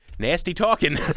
nasty-talking